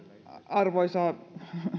arvoisa